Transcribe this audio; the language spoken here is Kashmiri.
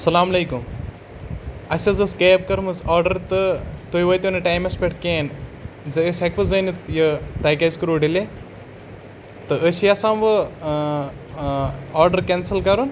اسَلام علیکُم اَسِہ حظ ٲس کیب کٔرمٕژ آرڈَر تہٕ تُہۍ وٲتِو نہٕ ٹایمَس پٮ۪ٹھ کہینۍ زِ أسۍ ہٮ۪کوٕ زٲنِتھ یہِ تۄہِہ کیازِ کٔروٕ ڈِلے تہٕ أسۍ چھِ یَژھان وٕ آرڈَر کٮ۪نسٕل کَرُن